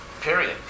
period